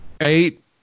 eight